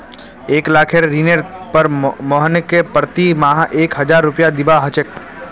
एक लाखेर ऋनेर पर मोहनके प्रति माह एक हजार रुपया दीबा ह छेक